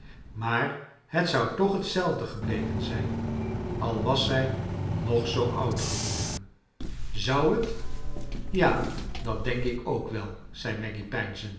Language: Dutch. maar het zou toch hetzelfde gebleven zijn al was zij nog zoo oud geworden zou het ja dat denk ik k wel zei maggy